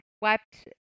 swept